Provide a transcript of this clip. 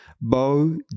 Bo